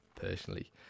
personally